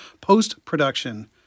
post-production